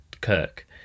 Kirk